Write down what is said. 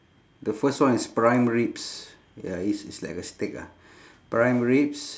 the first one is prime ribs ya it's it's like a steak ah prime ribs